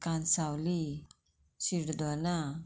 Cansaulim Shirdona